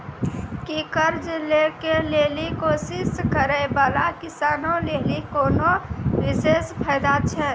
कि कर्जा लै के लेली कोशिश करै बाला किसानो लेली कोनो विशेष फायदा छै?